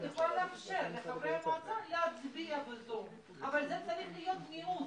את יכולה לאפשר לחברי המועצה להצביע ב-זום אבל זה צריך להיות מיעוט.